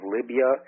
Libya